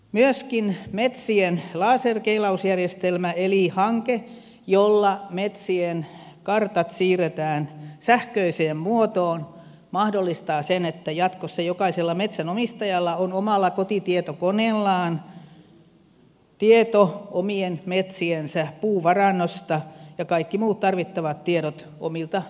myöskin metsien laserkeilausjärjestelmä eli hanke jolla metsien kartat siirretään sähköiseen muotoon mahdollistaa sen että jatkossa jokaisella metsänomistajalla on omalla kotitietokoneellaan tieto omien metsiensä puuvarannosta ja kaikki muut tarvittavat tiedot omilta metsäpalstoiltaan